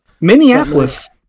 Minneapolis